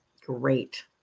Great